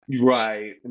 Right